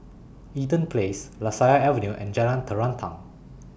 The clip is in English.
Eaton Place Lasia Avenue and Jalan Terentang